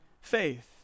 faith